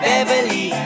Beverly